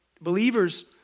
believers